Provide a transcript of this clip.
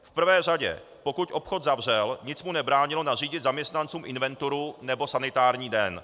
V prvé řadě, pokud obchod zavřel, nic mu nebránilo nařídit zaměstnancům inventuru nebo sanitární den.